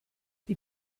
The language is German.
die